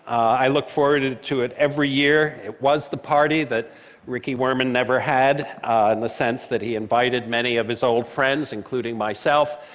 i looked forward to it every year. it was the party that ricky wurman never had in the sense that he invited many of his old friends, including myself.